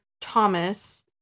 Thomas